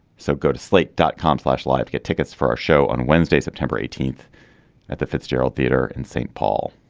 so go to slate dot com flashlight get tickets for our show on wednesday september eighteenth at the fitzgerald theater in st. paul.